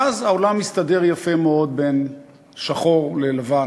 ואז העולם מסתדר יפה מאוד בין שחור ללבן,